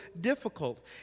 difficult